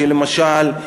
למשל,